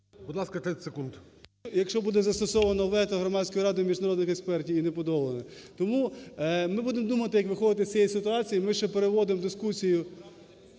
Якщо буде застосовано вето Громадської ради міжнародних експертів і не подолано. Тому ми будемо думати, як виходити з цієї ситуації. Ми ще переводимо дискусію…